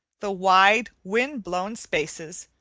the wide, wind-blown spaces,